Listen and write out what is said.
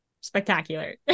spectacular